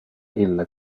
ille